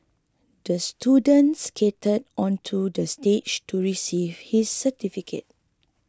the student skated onto the stage to receive his certificate